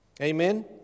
Amen